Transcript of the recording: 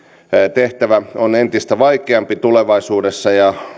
tehtävämme on entistä vaikeampi tulevaisuudessa